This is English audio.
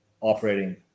operating